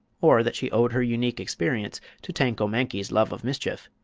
or that she owed her unique experience to tanko-mankie's love of mischief.